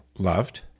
loved